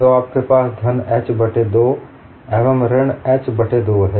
तो आपके पास धन h बट्टे 2 एवं ऋण h बट्टे 2 है